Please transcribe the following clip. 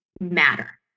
matter